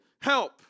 help